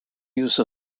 use